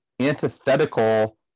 antithetical